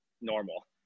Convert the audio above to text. normal